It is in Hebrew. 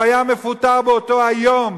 הוא היה מפוטר באותו היום.